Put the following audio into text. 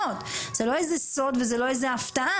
לתת מענה לכמעט 90% מהכיתות שזה כרגע במשרד החינוך.